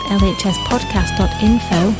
lhspodcast.info